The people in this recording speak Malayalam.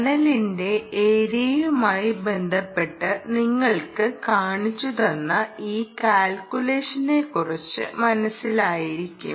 പാനലിന്റെ ഏരിയയുമായി ബന്ധപ്പെട്ട് നിങ്ങൾക്ക് കാണിച്ചുതന്ന ഈ കാൽക്കുലേഷനെക്കുറിച്ച് മനസ്സിലായിരിക്കും